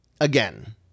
again